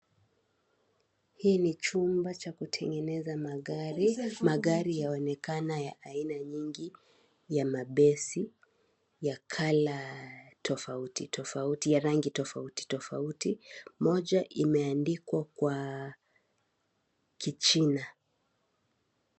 Hili ni jumba la kutengeneza magari. Magari yaonekana aina mengi ya mabasi ya colour tofauti tofauti ya rangi tofauti tofauti moja imeandikwa kwa kichina.